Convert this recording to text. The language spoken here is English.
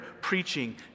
preaching